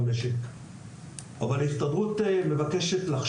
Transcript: אבל ההסתדרות מבקשת לחשוב בצורה רחבה יותר,